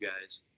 guys